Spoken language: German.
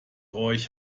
euch